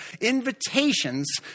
Invitations